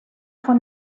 von